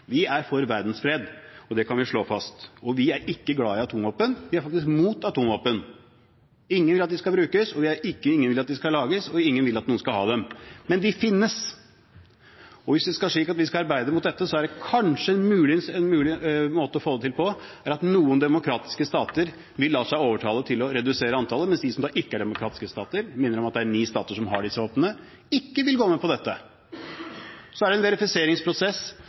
Vi er for verdensfred, det kan vi slå fast. Vi er ikke glad i atomvåpen – vi er faktisk mot atomvåpen. Ingen vil at de skal brukes, ingen vil at de skal lages, og ingen vil at noen skal ha dem. Men de finnes. Hvis det er slik at vi skal arbeide mot dette, er muligens en måte å få det til på at noen demokratiske stater vil la seg overtale til å redusere antallet, mens de som da ikke er demokratiske stater – jeg minner om at det er ni stater som har disse våpnene – ikke vil gå med på dette. Så er det en verifiseringsprosess